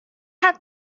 had